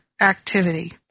activity